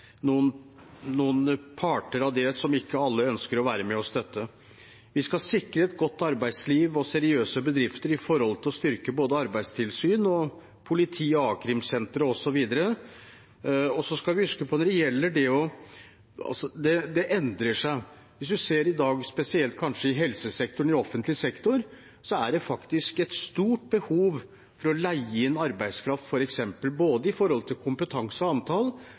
noen parter av det som ikke alle ønsker å være med og støtte. Vi skal sikre et godt arbeidsliv og seriøse bedrifter når det gjelder å styrke arbeidstilsyn, politi, a-krimsenter osv. Så er det slik at det endrer seg. Kanskje spesielt i helsesektoren og i offentlig sektor er det i dag faktisk et stort behov for å leie inn arbeidskraft, f.eks., knyttet til både kompetanse og antall, og da må vi også ta inn over oss at den delen av arbeidslivet endrer seg. Og